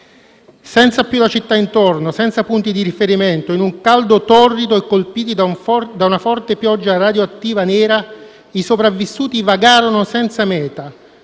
Senza più la città intorno, senza punti di riferimento, in un caldo torrido e colpiti da una forte pioggia radioattiva nera, i sopravvissuti vagarono senza meta.